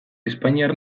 espainiar